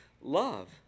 love